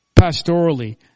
pastorally